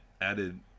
added